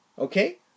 Okay